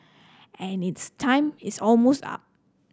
and its time is almost up